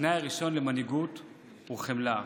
התנאי הראשון למנהיגות הוא חמלה.